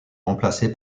remplacée